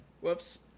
Whoops